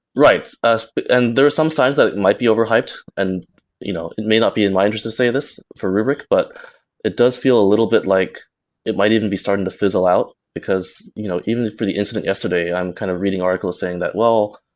right. but and there are some signs that it might be overhyped and you know it may not be in my interest to say this for rubrik, but it does feel little bit like it might even be starting to fizzle, because you know even for the incident yesterday, i'm kind of reading articles saying that, well,